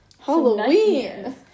Halloween